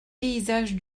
paysages